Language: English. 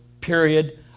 period